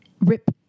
rip